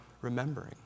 remembering